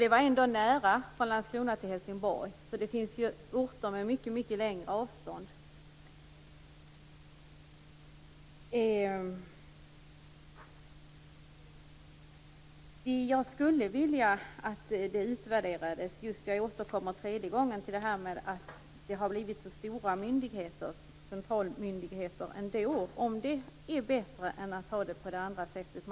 Det är nära mellan Landskrona och Helsingborg. Det finns ju mycket längre avstånd mellan andra orter. Jag återkommer tredje gången till att det har blivit så stora centralmyndigheter. Jag skulle vilja att det utvärderas om det är bättre att det är så än att man har det på det andra sättet.